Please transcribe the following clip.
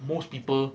most people